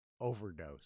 overdose